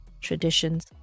traditions